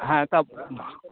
হ্যাঁ তাপ